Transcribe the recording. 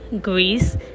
Greece